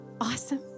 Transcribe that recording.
Awesome